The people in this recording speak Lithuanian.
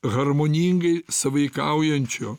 harmoningai sąveikaujančio